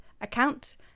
account